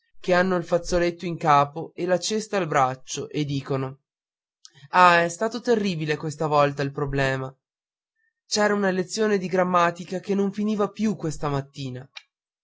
che hanno il fazzoletto in capo e la cesta al braccio e dicono ah è stato terribile questa volta il problema c'era una lezione di grammatica che non finiva più questa mattina